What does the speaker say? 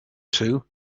two